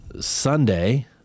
Sunday